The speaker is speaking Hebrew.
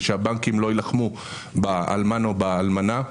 ושהבנקים לא יילחמו באלמן או באלמנה.